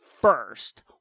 first